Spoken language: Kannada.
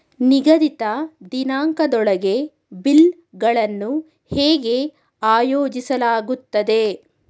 ನಿಗದಿತ ದಿನಾಂಕದೊಳಗೆ ಬಿಲ್ ಗಳನ್ನು ಹೇಗೆ ಆಯೋಜಿಸಲಾಗುತ್ತದೆ?